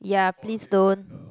ya please don't